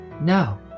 No